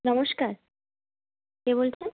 নমস্কার কে বলছেন